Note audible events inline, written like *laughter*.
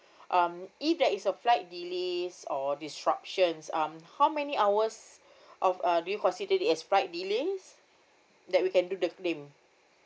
um if there is a flight delays or disruption um how many hours *breath* of uh do you consider it as flight delays that we can do the claim